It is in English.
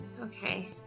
Okay